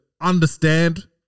understand